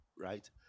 right